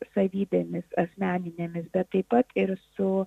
savybėmis asmeninėmis bet taip pat ir su